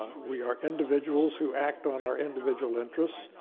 we are individuals who act on our individual interests,